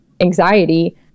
anxiety